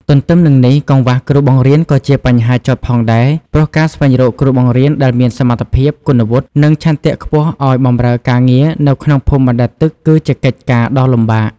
ទន្ទឹមនឹងនេះកង្វះគ្រូបង្រៀនក៏ជាបញ្ហាចោទផងដែរ ព្រោះការស្វែងរកគ្រូបង្រៀនដែលមានសមត្ថភាព គុណវុឌ្ឍិ និងឆន្ទៈខ្ពស់ឱ្យបម្រើការងារនៅក្នុងភូមិបណ្តែតទឹក គឺជាកិច្ចការដ៏លំបាក។